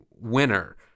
winner